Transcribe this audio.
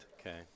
Okay